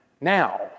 Now